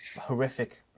horrific